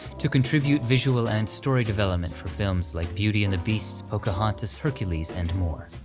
to contribute visual and story development for films like beauty and the beast, pocahontas, hercules, and more.